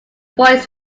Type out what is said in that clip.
boys